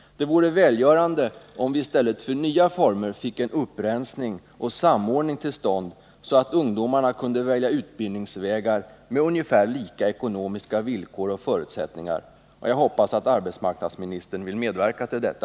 Det vore välgörande, om vi i stället för nya regler fick en upprensning och samordning av de gamla till stånd, så att ungdomarna kunde välja utbildningsvägar med likartade ekonomiska villkor och förutsättningar. Jag hoppas att arbetsmarknadsministern vill medverka till detta.